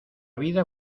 vida